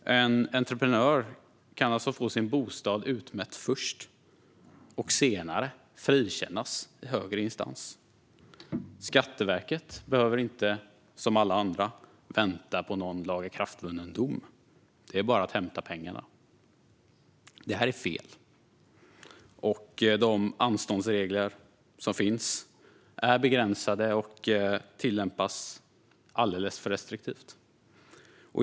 En entreprenör kan alltså först få sin bostad utmätt och senare frikännas i högre instans. Skatteverket behöver inte, som alla andra, vänta på någon lagakraftvunnen dom. Det är bara att hämta pengarna. Detta är fel. De anståndsregler som finns är begränsade och tillämpas alldeles för restriktivt.